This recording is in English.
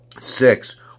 Six